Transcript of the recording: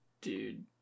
dude